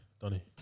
Donnie